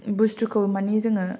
बस्थुखौ मानि जोङो